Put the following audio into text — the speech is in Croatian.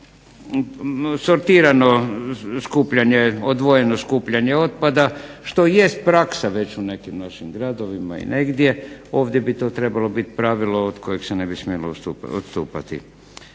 sortirano skupljanje, odvojeno skupljanje otpada što jest praksa već u nekim našim gradovima i negdje. Ovdje bi to trebalo bit pravilo od kojeg se ne bi smjelo odstupati.